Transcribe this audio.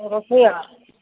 ରଖିବା